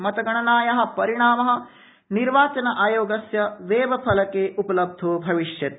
मतगणनाया परिणाम निर्वाचन अयोगस्य वेबफलके उपलब्धो भविष्यति